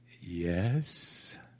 Yes